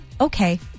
okay